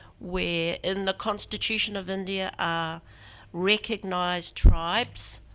where in the constitution of india are recognized tribes,